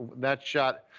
that shot.